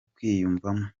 kwiyumvamo